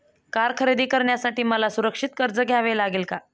Car खरेदी करण्यासाठी मला सुरक्षित कर्ज घ्यावे लागेल का?